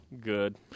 Good